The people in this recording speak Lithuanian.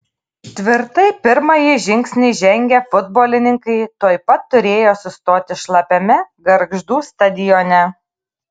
tvirtai pirmąjį žingsnį žengę futbolininkai tuoj pat turėjo sustoti šlapiame gargždų stadione